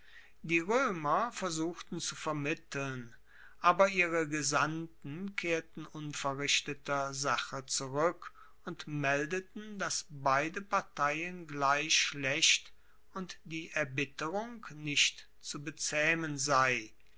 die roemer versuchten zu vermitteln aber ihre gesandten kehrten unverrichteter sache zurueck und meldeten dass beide parteien gleich schlecht und die erbitterung nicht zu bezaehmen sei